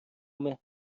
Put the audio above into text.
محور